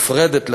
נפרדת,